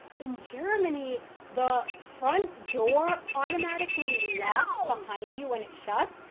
in germany the front door automatically locks behind you when it shuts,